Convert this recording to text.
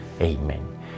Amen